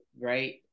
right